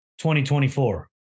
2024